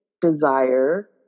desire